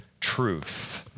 truth